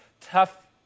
tough